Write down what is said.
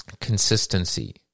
consistency